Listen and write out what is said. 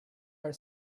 our